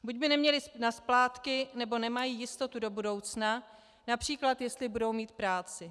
Buď by neměli na splátky, nebo nemají jistotu do budoucna, např. jestli budou mít práci.